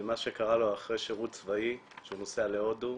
מה שקרה לו אחרי שירות צבאי שהוא נסע להודו.